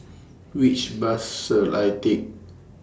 Which Bus should I Take